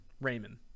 Raymond